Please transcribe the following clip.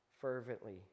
Fervently